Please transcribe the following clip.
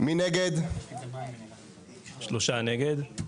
הצבעה בעד, 0 נגד, 3 נמנעים,